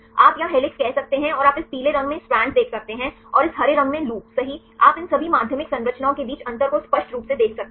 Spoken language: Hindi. आप यहां हेलिक्स कह सकते हैं और आप इस पीले रंग में स्ट्रैंड देख सकते हैं और इस हरे रंग में लूप सही आप इन सभी माध्यमिक संरचनाओं के बीच अंतर को स्पष्ट रूप से देख सकते हैं